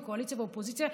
מהקואליציה ומהאופוזיציה,